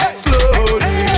slowly